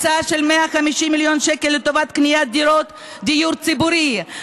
הקצאה של 150 מיליון שקל לטובת קניית דירות בדיור ציבורי,